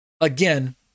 Again